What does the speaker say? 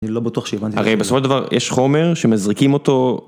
(אני לא בטוח שהבנתי)... הרי בסופו של דבר יש חומר שמזריקים אותו.